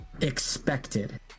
expected